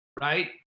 right